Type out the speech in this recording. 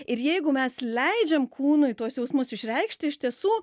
ir jeigu mes leidžiam kūnui tuos jausmus išreikšti iš tiesų